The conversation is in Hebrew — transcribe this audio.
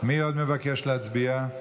מי עוד מבקש להצביע?